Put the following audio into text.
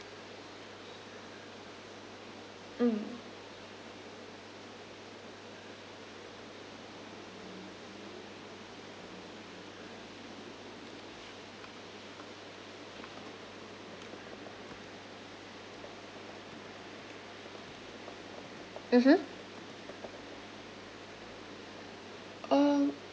mm mmhmm um